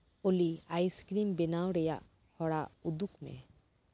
ᱳᱞᱤ ice cream ᱵᱮᱱᱟᱣ ᱨᱮᱭᱟᱜ ᱦᱚᱨᱟ ᱩᱫᱩᱜᱽ ᱢᱮ